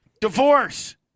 divorce